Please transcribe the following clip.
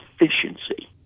efficiency